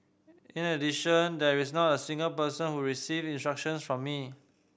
in addition there is not a single person who received instructions from me